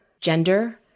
gender